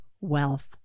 wealth